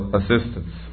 assistance